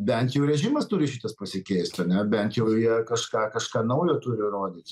bent jau režimas turi šitas pasikeist ane bent jau jie kažką kažką naujo turi rodyt